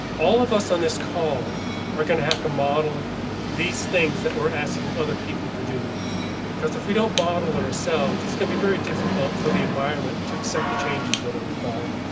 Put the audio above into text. all of us on this call are going to have to model these things that were asking other people to do because if we don't model ourselves, it's going to be very difficult for the environment to accept the changes that are required.